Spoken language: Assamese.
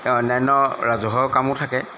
অন্য়ান্য ৰাজহুৱা কামো থাকে